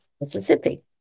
Mississippi